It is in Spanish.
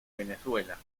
venezuela